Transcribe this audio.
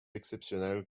exceptionnels